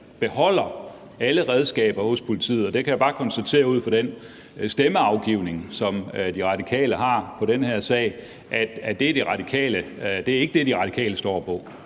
beholder alle redskaber hos politiet. Der kan jeg bare konstatere ud fra den stemmeafgivning, som De Radikale har i den her sag, at det ikke er det, De Radikale står for.